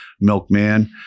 Milkman